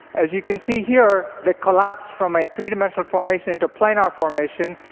as you can see here, they collapse from a three-dimensional formation into planar formation.